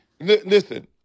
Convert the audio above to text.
listen